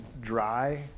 dry